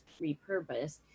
repurposed